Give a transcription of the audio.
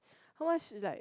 how much is like